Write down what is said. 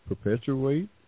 perpetuate